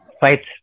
fight